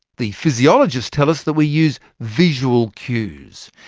the physiologists tell us that we use visual cues.